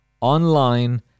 online